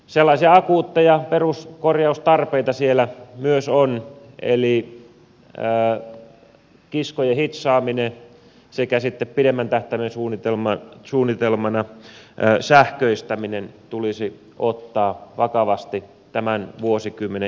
sellaisia akuutteja peruskorjaustarpeita siellä myös on eli kiskojen hitsaaminen sekä sitten pidemmän tähtäimen suunnitelmana sähköistäminen tulisi ottaa vakavasti tämän vuosikymmenen investointilistalle